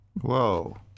Whoa